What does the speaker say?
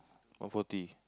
one forty